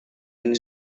ini